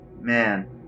man